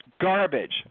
garbage